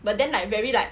but then like very like